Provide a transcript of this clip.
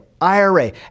IRA